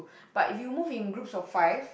but if you move in groups of five